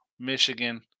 Michigan